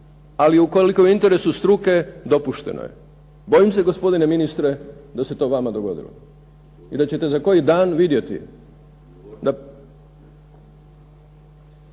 ali ukoliko je u interesu struke dopušteno je. Bojim se gospodine ministre da se to vama dogodilo i da ćete za koji dan vidjeti